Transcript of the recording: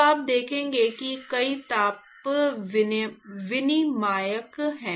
तो आप देखेंगे कि कई ताप विनिमायक हैं